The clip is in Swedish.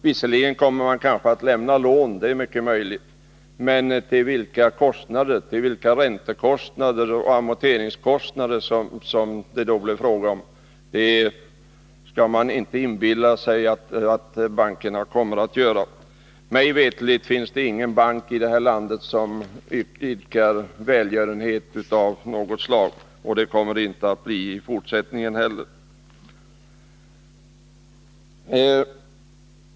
Visserligen kommer man kanske att bevilja lån — det är mycket möjligt — men till vilka räntekostnader och amorteringskostnader? Vi skall inte inbilla oss att bankerna ger lånen gratis. Mig veterligt finns det ingen bank i det här landet som idkar välgörenhet av något slag, och det kommer det inte att finnas i fortsättningen heller.